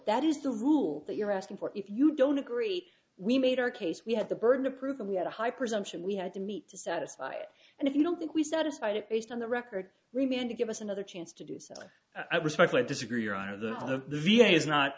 that is the rule that you're asking for if you don't agree we made our case we have the burden to prove that we had a high presumption we had to meet to satisfy and if you don't think we satisfied it based on the record remain to give us another chance to do so and i respectfully disagree your honor the v a is not